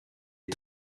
est